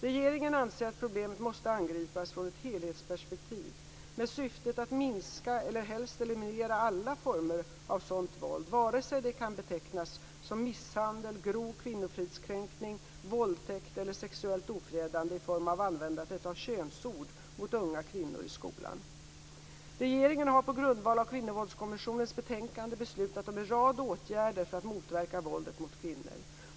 Regeringen anser att problemet måste angripas från ett helhetsperspektiv med syftet att minska eller helst eliminera alla former av sådant våld, vare sig det kan betecknas som misshandel, grov kvinnofridskränkning, våldtäkt eller sexuellt ofredande i form av användandet av könsord mot unga kvinnor i skolan. Regeringen har, på grundval av Kvinnovåldskommissionens betänkande, beslutat om en rad åtgärder för att motverka våldet mot kvinnor.